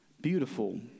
beautiful